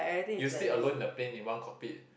you sleep alone in a plane in one cockpit